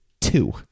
two